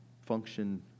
function